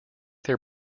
their